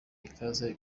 ikaze